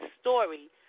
story